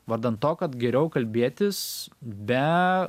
vardan to kad geriau kalbėtis be